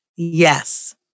Yes